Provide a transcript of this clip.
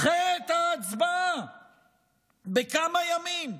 דחה את ההצבעה בכמה ימים.